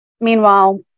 Meanwhile